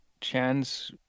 chance